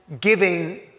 giving